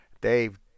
Dave